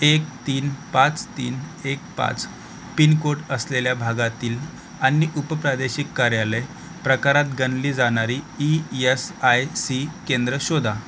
एक तीन पाच तीन एक पाच पिनकोड असलेल्या भागातील आणि उपप्रादेशिक कार्यालय प्रकारात गणली जाणारी ई एस आय सी केंद्र शोधा